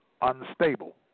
unstable